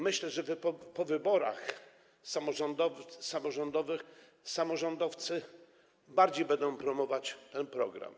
Myślę, żeby po wyborach samorządowych samorządowcy bardziej będą promować ten program.